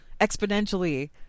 exponentially